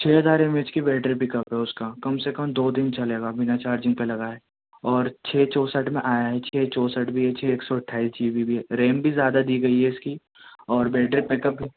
چھ ہزار M H کی بیٹری بیک اپ ہے اُس کا کم سے کم دو دِن چلے گا بنا چارجنگ پہ لگائے اور چھ چونسٹھ میں آیا ہے چھ چونسٹھ بھی ہے چھ ایک سو اٹھائیس جی بی ریم بھی زیادہ دی گئی ہے اِس کی اور بیٹری بیک اپ